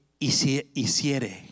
hiciere